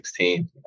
2016